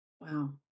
Wow